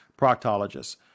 proctologists